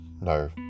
No